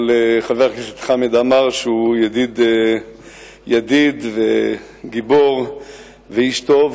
אבל חבר הכנסת חמד עמאר הוא ידיד וגיבור ואיש טוב,